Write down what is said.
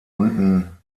unten